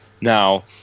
Now